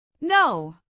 No